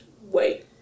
wait